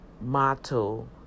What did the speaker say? motto